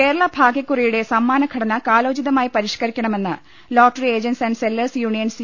കേരള ഭാഗ്യക്കുറിയുടെ സമ്മാനഘടന കാലോ ചിതമായി പരിഷ്കരിക്കണമെന്ന് lottery agents and sellers union C